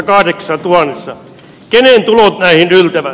kenen tulot näihin yltävät